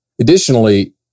Additionally